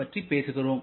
பற்றி பேசுகிறோம்